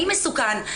אני מסוכן.